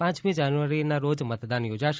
પાંચમી જાન્યુઆરીનાં રોજ મતદાન યોજાશે